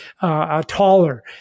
taller